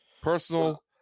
Personal